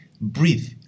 breathe